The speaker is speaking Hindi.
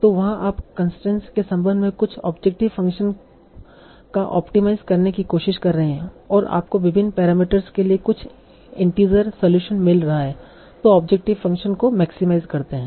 तो वहाँ आप कुछ कंसट्रेन्स के संबंध में कुछ ऑब्जेक्टिव फंक्शन का ऑप्टिमाइज़ करने की कोशिश कर रहे हैं और आपको विभिन्न पैरामीटर्स के लिए कुछ इन्टिजर सलूशन मिल रहे हैं जो ऑब्जेक्टिव फ़ंक्शन को मैक्सीमाईज करते हैं